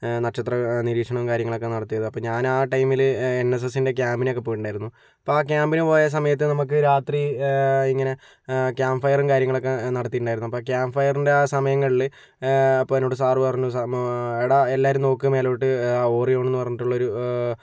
നക്ഷത്ര നിരീക്ഷണവും കാര്യങ്ങളൊക്കെ നടത്തിയത് അപ്പോൾ ഞാൻ ആ ടൈമിൽ എൻ എസ് എസിൻ്റെ ക്യാമ്പിനൊക്കെ പോയിട്ടുണ്ടായിരുന്നു അപ്പോൾ ആ ക്യാമ്പിന് പോയ സമയത്ത് നമ്മൾക്ക് രാത്രി ഇങ്ങനെ ക്യാമ്പ് ഫയറും കാര്യങ്ങളൊക്കെ നടത്തിയിട്ടുണ്ടായിരുന്നു അപ്പോൾ ക്യാമ്പ് ഫയറിൻ്റെ ആ സമയങ്ങളിൽ അപ്പോൾ എന്നോട് സാർ പറഞ്ഞു എടാ എല്ലാവരും നോക്ക് മേലോട്ട് ഓറിയോണെന്ന് പറഞ്ഞിട്ടുള്ളൊരു